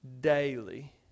daily